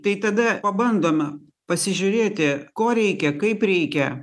tai tada pabandome pasižiūrėti ko reikia kaip reikia